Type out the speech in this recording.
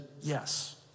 yes